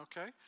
Okay